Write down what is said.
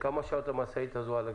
וכמה שעות המשאית הזאת על הכביש.